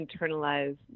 internalize